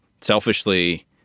selfishly